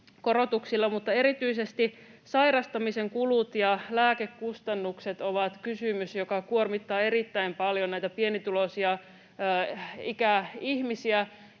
mutta erityisesti sairastamisen kulut ja lääkekustannukset ovat kysymys, joka kuormittaa erittäin paljon näitä pienituloisia ikäihmisiä.